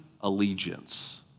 allegiance